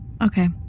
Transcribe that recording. Okay